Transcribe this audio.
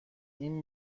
این